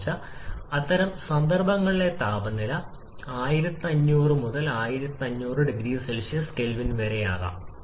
A ഇതുപോലുള്ള മറ്റ് ഉദാഹരണങ്ങളിൽ നിന്നുള്ള സാധാരണ ഉദാഹരണം അപ്പോൾ എത്ര മോളിലെ ഓക്സിജൻ ആവശ്യമാണ്